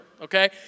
Okay